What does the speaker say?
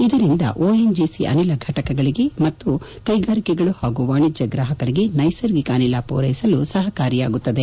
ಇದರಿಂದ ONGC ಅನಿಲ ಫಟಕಗಳಿಗೆ ಮತ್ತು ಕೈಗಾರಿಕೆಗಳು ಹಾಗೂ ವಾಣಿಜ್ವ ಗ್ರಾಹಕರಿಗೆ ನೈಸರ್ಗಿಕ ಅನಿಲವನ್ನು ಪೂರೈಸಲು ಸಹಕಾರಿಯಾಗುತ್ತದೆ